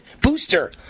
booster